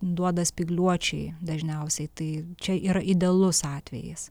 duoda spygliuočiai dažniausiai tai čia yra idealus atvejis